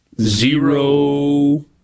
Zero